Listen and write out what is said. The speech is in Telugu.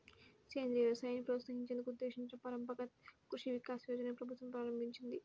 సేంద్రియ వ్యవసాయాన్ని ప్రోత్సహించేందుకు ఉద్దేశించిన పరంపరగత్ కృషి వికాస్ యోజనని ప్రభుత్వం ప్రారంభించింది